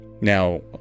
now